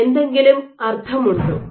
ഇതിന് എന്തെങ്കിലും അർത്ഥമുണ്ടോ